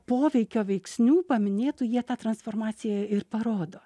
poveikio veiksnių paminėtų jie tą transformaciją ir parodo